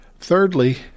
Thirdly